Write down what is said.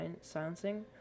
silencing